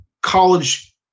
College